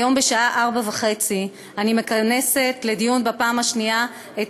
היום בשעה 16:30 אני מכנסת בפעם השנייה את